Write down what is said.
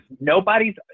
nobody's